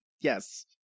yes